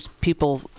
people